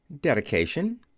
Dedication